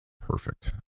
Perfect